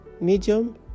medium